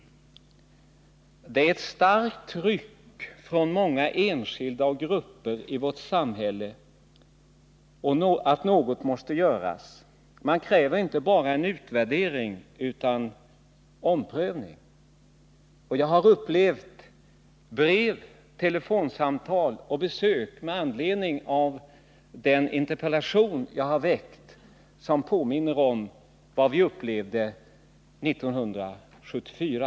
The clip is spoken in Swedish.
Det är ett starkt tryck från många enskilda och grupper i vårt samhälle att något måste göras. Man kräver inte bara en utvärdering utan också en omprövning. Jag har med anledning av den interpellation jag har väckt fått brev, telefonsamtal och besök som påminner om vad vi upplevde 1974.